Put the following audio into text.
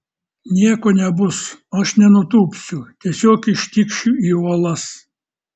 nieko nebus aš nenutūpsiu tiesiog ištikšiu į uolas